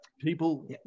people